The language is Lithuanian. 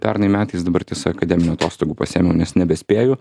pernai metais dabar tiesa akademinių atostogų pasiėmiau nes nebespėju